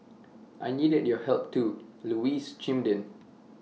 I needed your help too Louise chimed in